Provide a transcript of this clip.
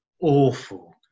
awful